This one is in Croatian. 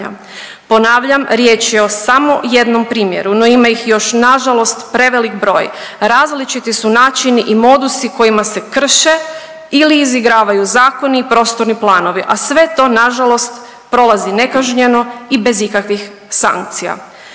Ponavljam, riječ je o samo jednom primjeru, no ima ih još nažalost prevelik broj. Različiti su načini i modusi kojima se krše ili izigravaju zakoni i prostorni planovi, a sve to nažalost prolazi nekažnjeno i bez ikakvih sankcija.